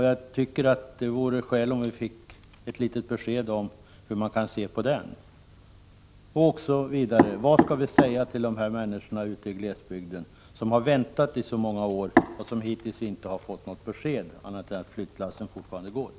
Jag tycker att det är skäligt att kräva en kommentar till hur man ser på en sådan kommission. En annan fråga lyder: Vad skall vi på det regionala planet säga till människorna i glesbygden? De har ju väntat så många år på ett besked, men hittills har de inte fått något. De har inte hört någonting annat än att flyttlassen fortsätter att rulla.